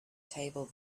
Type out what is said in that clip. table